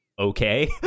okay